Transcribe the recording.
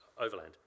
overland